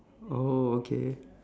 oh okay